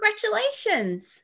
Congratulations